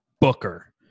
Booker